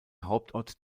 hauptort